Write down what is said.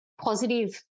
positive